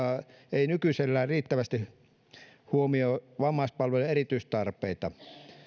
ei nykyisellään riittävästi huomioi vammaispalveluiden erityistarpeita